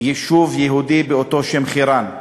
יישוב יהודי באותו שם, חירן.